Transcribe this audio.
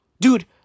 Dude